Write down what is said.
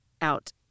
out